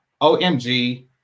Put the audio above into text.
OMG